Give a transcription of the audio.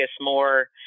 more